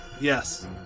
yes